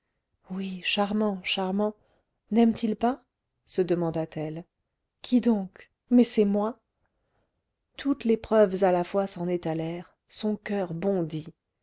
oui charmant charmant naime t il pas se demanda-t-elle qui donc mais c'est moi toutes les preuves à la fois s'en étalèrent son coeur bondit